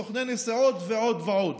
סוכני נסיעות ועוד ועוד.